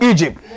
Egypt